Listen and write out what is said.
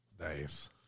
Nice